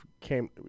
came